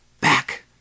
back